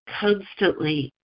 constantly